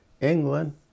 England